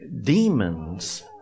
demons